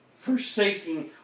Forsaking